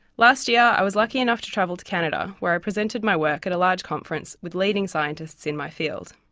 last year i was lucky enough to travel to canada where i presented my work at a large conference with leading scientists in my field.